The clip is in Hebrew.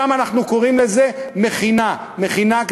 שם אנחנו קוראים לזה מכינה קדם-צבאית,